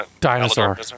Dinosaur